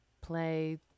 play